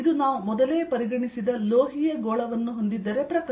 ಇದು ನಾವು ಮೊದಲೇ ಪರಿಗಣಿಸಿದ ಲೋಹೀಯ ಗೋಳವನ್ನು ಹೊಂದಿದ್ದರೆ ಪ್ರಕರಣ